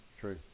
true